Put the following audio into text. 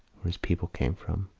where his people came from.